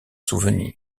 souvenir